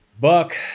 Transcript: Buck